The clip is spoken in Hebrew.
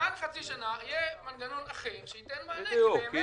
מעל חצי שנה יהיה מנגנון אחר שייתן מענה באמת.